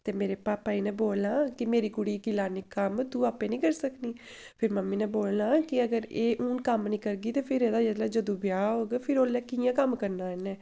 ते मेरे पापा जी ने बोलना कि मेरी कुड़ी गी की लान्नीं कम्म तूं आपें निं करी सकदी फिर मम्मी ने बोलना कि अगर एह् हून कम्म निं करगी ते फिर एह्दा जेल्लै जदूं ब्याह् होग फिर ओल्लै कि'यां कम्म करना इ'न्नै